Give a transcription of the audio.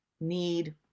need